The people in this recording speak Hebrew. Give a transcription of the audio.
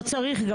לא, לא צריך.